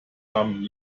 haben